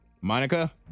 Monica